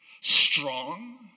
strong